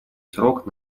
срок